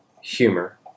humor